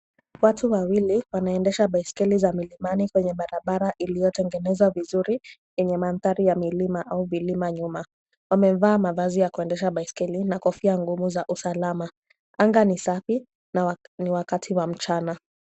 Watu wawili, wanaendesha baiskeli za milimani kwenye barabara iliyotengenezwa vizuri yenye mandhari ya milima au milima nyuma . Wamevaa mavazi ya kuendesha baiskeli na kofia ngumu za usalama. Anga ni safi na ni wakati wa mchana .